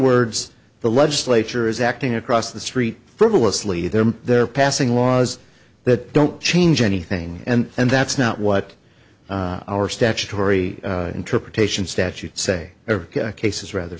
words the legislature is acting across the street frivolously them they're passing laws that don't change anything and that's not what our statutory interpretation statutes say are cases rather